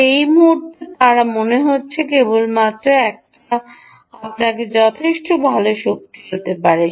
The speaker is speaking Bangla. তবে এই মুহুর্তে তারা মনে হচ্ছে কেবল একমাত্র এটিই আপনাকে যথেষ্ট ভাল শক্তি দিতে পারে